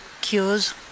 cures